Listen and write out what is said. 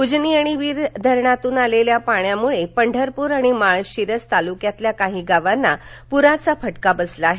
उजनी आणि वीर धरणातून आलेल्या पाण्यामुळं पंढरपूर आणि माळशिरस तालुक्यातील काही गावांना पूराचा फटका बसला आहे